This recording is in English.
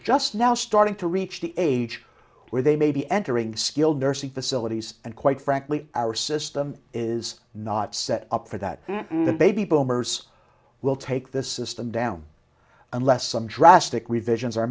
just now starting to reach the age where they may be entering skilled nursing facilities and quite frankly our system is not set up for that the baby boomers will take this system down unless some drastic revisions are